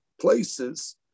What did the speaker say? places